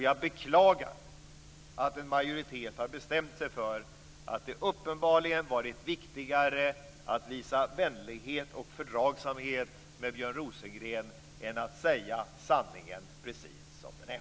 Jag beklagar att en majoritet har bestämt sig för att det uppenbarligen varit viktigare att visa vänlighet och fördragsamhet med Björn Rosengren än att säga sanningen precis som den är.